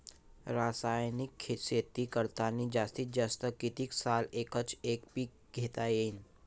रासायनिक शेती करतांनी जास्तीत जास्त कितीक साल एकच एक पीक घेता येईन?